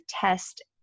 test